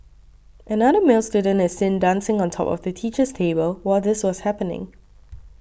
another male student is seen dancing on top of the teacher's table while this was happening